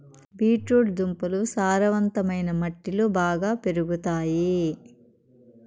beet root దుంపలు సారవంతమైన మట్టిలో బాగా పెరుగుతాయి